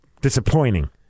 disappointing